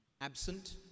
absent